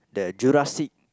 the Jurassic